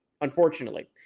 unfortunately